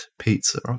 pizza